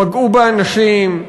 פגעו באנשים,